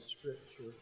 scripture